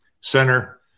center